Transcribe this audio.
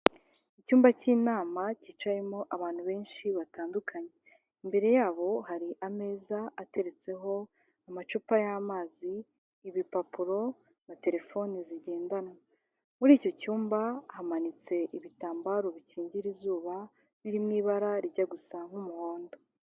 Icyumba cy'inama cyicayemo abantu benshi batandukanye, imbere yabo hari ameza ateretseho amacupa y'amazi, ibipapuro na terefoni zigendanwa, muri icyo cyumba hamanitse ibitambaro bikingira izuba biririmo ibara rijjya gusa nk'umuhondo.